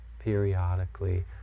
periodically